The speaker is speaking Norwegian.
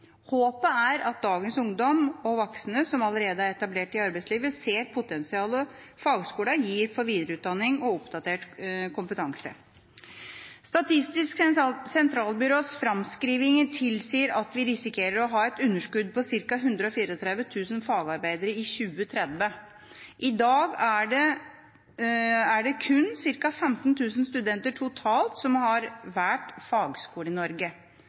Håpet er at dagens ungdom, og voksne som allerede er etablert i arbeidslivet, ser potensialet fagskolene gir for videreutdanning og oppdatert kompetanse. Statistisk sentralbyrås framskrivinger tilsier at vi risikerer å ha et underskudd på ca. 134 000 fagarbeidere i 2030. I dag er det kun ca. 15 000 studenter totalt som har valgt fagskole i Norge.